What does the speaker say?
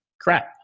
crap